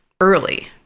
early